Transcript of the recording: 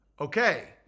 Okay